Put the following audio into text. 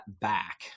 back